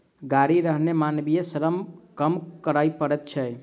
गाड़ी रहने मानवीय श्रम कम करय पड़ैत छै